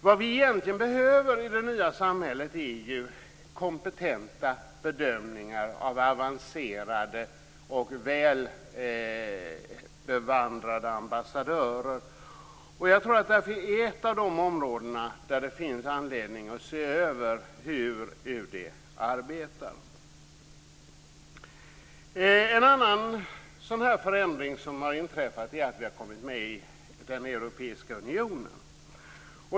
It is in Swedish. Vad vi egentligen behöver i det nya samhället är ju kompetenta bedömningar av avancerade och välbevandrade ambassadörer. Det är ett av de områden där det finns anledning att se över hur UD arbetar. En annan förändring är att vi har kommit med i den europeiska unionen.